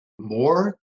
More